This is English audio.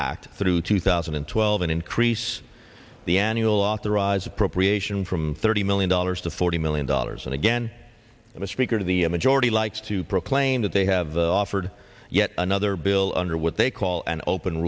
act through two thousand and twelve and increase the annual authorized appropriation from thirty million dollars to forty million dollars and again a speaker to the majority likes to proclaim that they have offered yet another bill under what they call an open